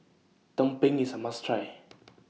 Tumpeng IS A must Try